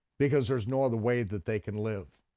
because there's no other way that they can live.